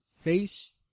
face